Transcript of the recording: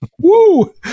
woo